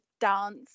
dance